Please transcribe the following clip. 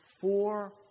four